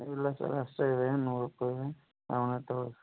ಇಲ್ಲ ಸರ್ ಅಷ್ಟೆ ಇದೆ ನೂರು ರೂಪಾಯಿ ಇದೆ ಆಮೇಲೆ